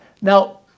now